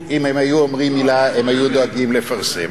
אם הם היו אומרים מלה הם היו דואגים לפרסם.